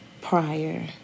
prior